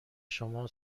شما